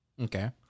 Okay